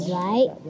right